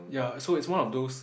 ya so it's one of those